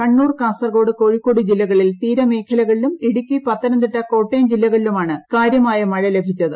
കണ്ണൂർ കാസർകോട് കോഴിക്കോട് ജില്ലകളിൽ തീരമേഖലകളിലും ഇടുക്കി പത്തനംതിട്ട കോട്ടയം ജില്ലകളിലുമാണ് കാരൃമായ മഴ ലഭിച്ചത്